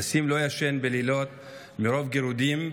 נסים לא ישן בלילות מרוב גירודים,